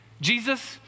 Jesus